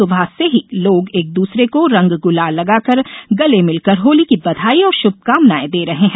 सुबह से ही लोग एक दूसरे को रंग गुलाल लगाकर गले मिल कर होली की बधाई और शुभकामनाएं दे रहे है